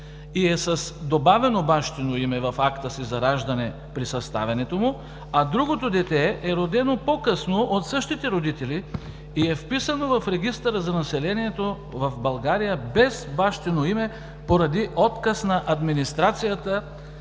и е с добавено бащино име в акта си за раждане при съставянето му, а другото дете е родено по-късно от същите родители и е вписано в регистъра за населението в България без бащино име поради отказ на администрацията